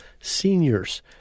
seniors